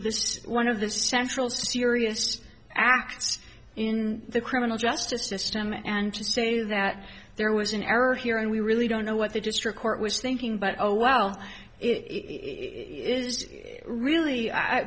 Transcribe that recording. this is one of this central serious act in the criminal justice system and to say that there was an error here and we really don't know what the district court was thinking but oh well it is really